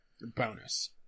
bonus